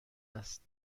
است